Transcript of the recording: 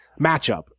matchup